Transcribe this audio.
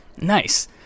Nice